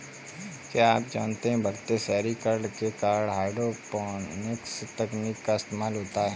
क्या आप जानते है बढ़ते शहरीकरण के कारण हाइड्रोपोनिक्स तकनीक का इस्तेमाल होता है?